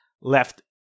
left